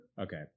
Okay